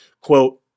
quote